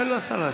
תן לשר להשיב.